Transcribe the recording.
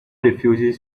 refugees